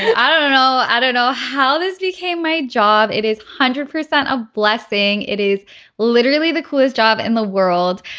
i don't know know i don't know how this became my job it is one hundred percent a blessing. it is literally the coolest job in the world.